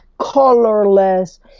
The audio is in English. colorless